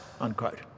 unquote